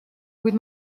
kuid